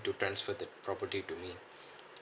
to transfer the property to me